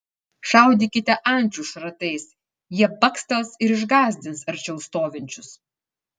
šaudykite ančių šratais jie bakstels ir išgąsdins arčiau stovinčius